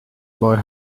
boy